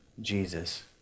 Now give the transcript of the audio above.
Jesus